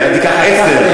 אה, "כך אעשה".